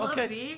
יום רביעי.